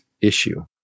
issue